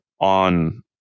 on